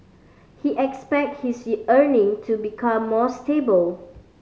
he expect his earning to become more stable